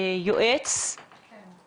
בוקר טוב.